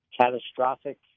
catastrophic